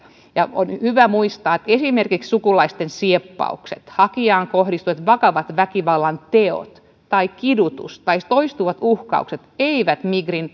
on hyvä muistaa että esimerkiksi sukulaisten sieppaukset hakijaan kohdistuvat vakavat väkivallanteot tai kidutus tai toistuvat uhkaukset eivät migrin